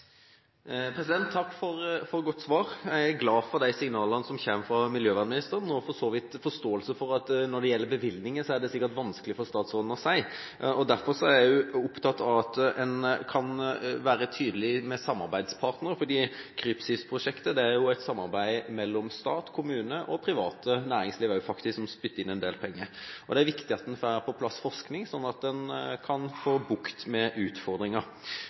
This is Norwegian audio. Takk for et godt svar. Jeg er glad for de signalene som kommer fra miljøvernministeren, og har for så vidt forståelse for at når det gjelder bevilgninger, er det sikkert vanskelig for statsråden å si noe. Derfor er jeg opptatt av at en kan være tydelig overfor samarbeidspartnerne, for Krypsivprosjektet er et samarbeid mellom stat, kommune og private – næringslivet også, faktisk, som spytter inn en del penger. Det er viktig at en får på plass forskning, slik at en kan få bukt med utfordringer.